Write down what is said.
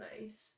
nice